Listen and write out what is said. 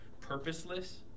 purposeless